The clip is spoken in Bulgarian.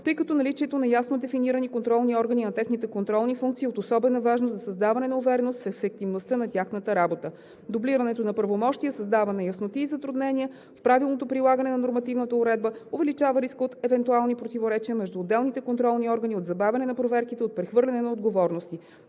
тъй като наличието на ясно дефинирани контролни органи и на техните контролни функции е от особена важност за създаване на увереност в ефективността на тяхната работа. Дублирането на правомощия създава неясноти и затруднения в правилното прилагане на нормативната уредба, увеличава риска от евентуални противоречия между отделните контролни органи, от забавяне на проверките, от прехвърляне на отговорности.